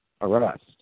arrest